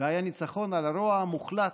והיה ניצחון על הרוע המוחלט.